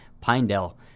Pinedale